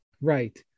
Right